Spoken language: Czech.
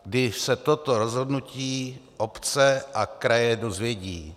Kdy se toto rozhodnutí obce a kraje dozvědí?